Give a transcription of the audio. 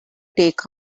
take